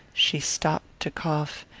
she stopped to cough,